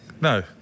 No